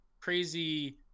crazy